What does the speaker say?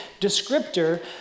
descriptor